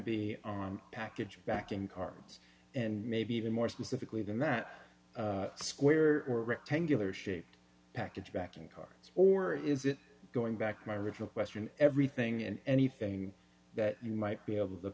be on packaging back in cards and maybe even more specifically than that square or rectangular shaped package backing cards or is it going back to my original question everything and anything that you might be able to